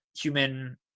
human